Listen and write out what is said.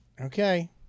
okay